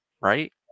Right